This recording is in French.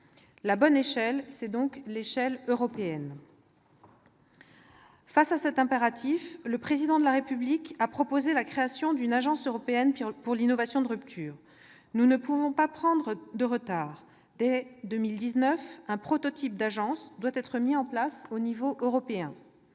La bonne échelle, c'est donc l'échelle européenne. Pour répondre à cet impératif, le Président de la République a proposé la création d'une agence européenne pour l'innovation de rupture. Nous ne pouvons pas prendre de retard. Dès 2019, un prototype d'agence doit être mis en place au niveau européen.